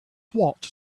watt